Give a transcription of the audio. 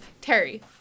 Terry